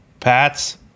Pats